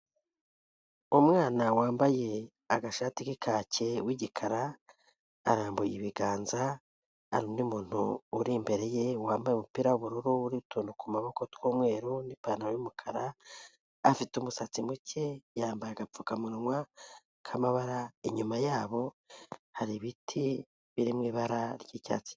Umwana wambaye agashati k'ikake w'igikara arambuye ibiganza, hari undi muntu uri imbere ye wambaye umupira w'ubururu uriho utuntu ku maboko tw'umweru n'ipantaro y'umukara, afite umusatsi muke yambaye agapfukamunwa k'amabara, inyuma yabo hari ibiti biri mu ibara ry'icyatsi.